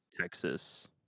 Texas